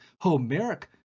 Homeric